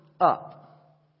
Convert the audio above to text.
up